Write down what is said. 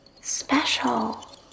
special